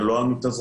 לא על מתאזרחים,